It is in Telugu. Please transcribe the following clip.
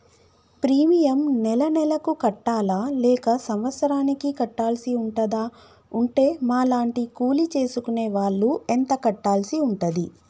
ప్రీమియం నెల నెలకు కట్టాలా లేక సంవత్సరానికి కట్టాల్సి ఉంటదా? ఉంటే మా లాంటి కూలి చేసుకునే వాళ్లు ఎంత కట్టాల్సి ఉంటది?